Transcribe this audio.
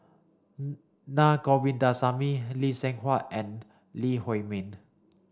Naa Govindasamy Lee Seng Huat and Lee Huei Min